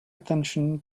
attention